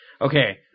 Okay